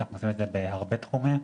שאנחנו עושים בהרבה תחומים.